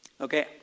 Okay